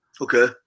Okay